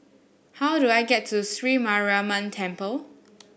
how do I get to Sri Mariamman Temple